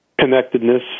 connectedness